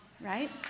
Right